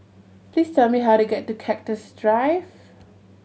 please tell me how to get to Cactus Drive